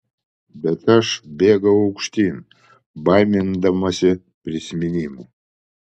bet aš bėgau aukštyn baimindamasi prisiminimų